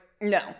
no